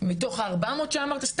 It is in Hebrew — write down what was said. מתוך ה-400 שאמרת?